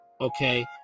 okay